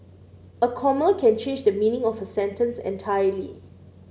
a comma can change the meaning of a sentence entirely